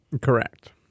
Correct